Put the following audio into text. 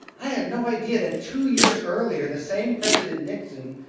i had no idea that two years earlier, the same president nixon,